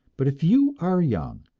but if you are young,